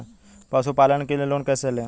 पशुपालन के लिए लोन कैसे लें?